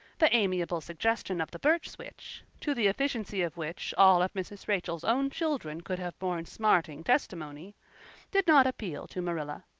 the amiable suggestion of the birch switch to the efficiency of which all of mrs. rachel's own children could have borne smarting testimony did not appeal to marilla.